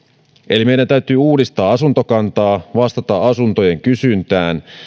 eli meidän täytyy uudistaa asuntokantaa vastata asuntojen kysyntään